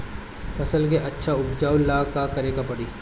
फसल के अच्छा उपजाव ला का करे के परी?